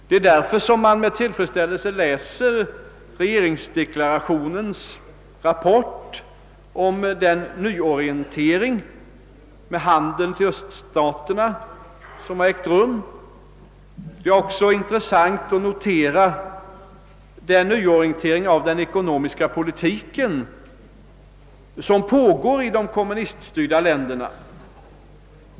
Det är därför man med tillfredsställelse läser regeringsdeklarationens rapport om den nyorientering som ägt rum när det gäller handeln med öststaterna. Det är också intressant att notera den nyorientering av den ekonomiska politiken, som pågår i de kommuniststyrda länderna.